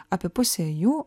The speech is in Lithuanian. apie pusė jų